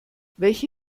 welche